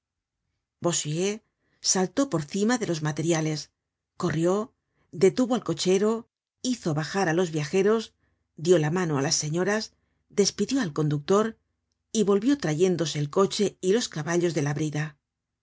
calle bossuet saltó por cima de los materiales corrió detuvo al cochero hizo bajar á los viajeros dió la mano á las señoras despidió al conductor y volvió trayéndose el coche y los caballos de la brida